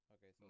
Okay